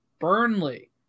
Burnley